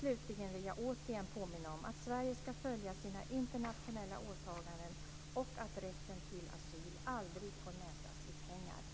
Slutligen vill jag återigen påminna om att Sverige ska följa sina internationella åtaganden och att rätten till asyl aldrig får mätas i pengar.